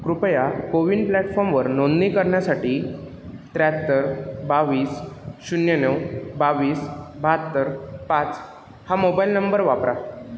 कृपया CoWIN प्लॅटफॉमवर नोंदणी करण्यासाठी त्र्याहत्तर बावीस शून्य नऊ बावीस बहात्तर पाच हा मोबाईल नंबर वापरा